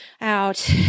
out